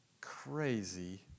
Crazy